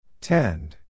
Tend